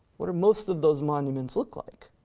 what are most of those monuments look like?